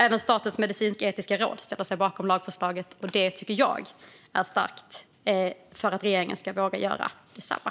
Även Statens medicinsk-etiska råd ställer sig bakom lagförslaget, och det tycker jag är ett starkt skäl för regeringen att våga göra detsamma.